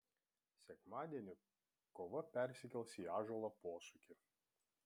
sekmadienį kova persikels į ąžuolo posūkį